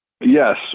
Yes